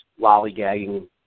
lollygagging